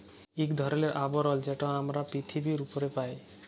ইক ধরলের আবরল যেট আমরা পিথিবীর উপ্রে পাই